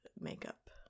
makeup